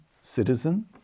citizen